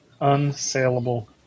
Unsaleable